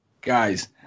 Guys